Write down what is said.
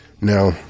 Now